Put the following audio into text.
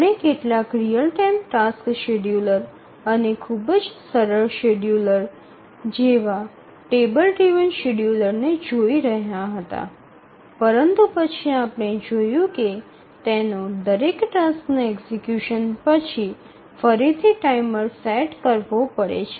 આપણે કેટલાક real time task scheduler અને ખૂબ જ સરળ શેડ્યુલર જેવા ટેબલ ડ્રિવન શેડ્યૂલરને જોઈ રહ્યા હતા પરંતુ પછી આપણે જોયું કે તેનો દરેક ટાસ્ક ના એક્ઝિકયુશન પછી ફરીથી ટાઇમર સેટ કરવો પડે છે